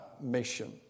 mission